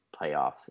playoffs